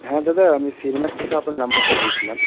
হ্যাঁ দাদা আমি শিবনাথ থেকে আপনার নম্বরটা পেয়েছিলাম